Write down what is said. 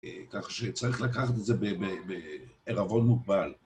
אה... כך שצריך לקחת את זה ב... ב... בערבון מוגבל.